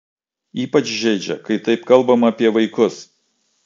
ypač žeidžia kai taip kalbama apie vaikus